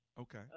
okay